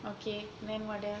okay then what else